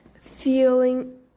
feeling